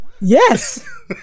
Yes